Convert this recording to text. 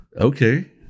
okay